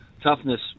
toughness